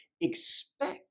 expect